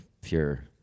pure